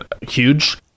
huge